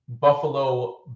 Buffalo